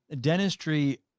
dentistry